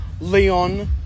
Leon